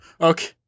Okay